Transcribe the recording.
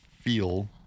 feel